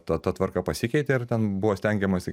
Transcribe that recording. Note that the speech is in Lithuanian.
ta ta tvarka pasikeitė ir ten buvo stengiamasi